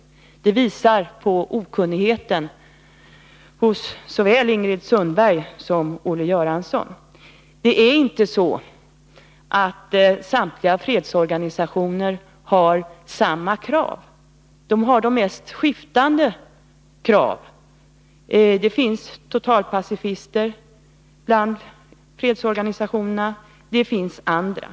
Det yttrandet visar på okunnigheten hos såväl Ingrid Sundberg som Olle Göransson. Samtliga fredsorganisationer har inte samma krav, utan de har de mest skiftande krav. Det finns totalpacifistiska fredsorganisationer, och det finns andra.